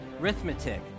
Arithmetic